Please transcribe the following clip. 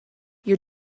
your